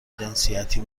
جنسیتی